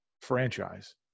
franchise